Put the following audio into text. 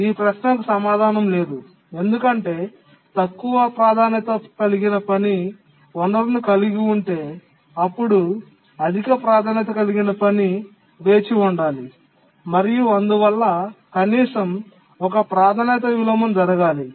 ఈ ప్రశ్నకు సమాధానం లేదు ఎందుకంటే తక్కువ ప్రాధాన్యత కలిగిన పని వనరును కలిగి ఉంటే అప్పుడు అధిక ప్రాధాన్యత కలిగిన పని వేచి ఉండాలి మరియు అందువల్ల కనీసం ఒక ప్రాధాన్యత విలోమం జరగాలి